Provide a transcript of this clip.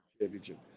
Championship